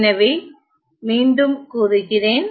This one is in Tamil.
எனவே மீண்டும் கூறுகிறேன்